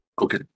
Okay